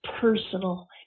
personal